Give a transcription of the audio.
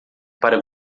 para